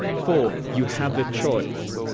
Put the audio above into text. four, you have a choice.